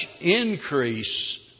increase